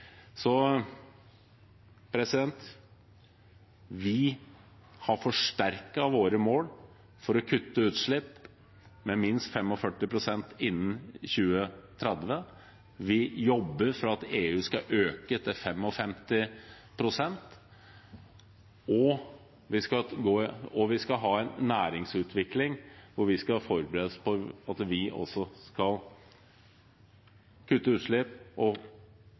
Vi har forsterket våre mål for å kutte utslipp med minst 45 pst. innen 2030. Vi jobber for at EU skal øke til 55 pst., og vi skal ha en næringsutvikling hvor vi skal forberede oss på at vi også skal kutte utslipp og